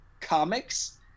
comics